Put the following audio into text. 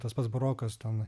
tas pats brokas ten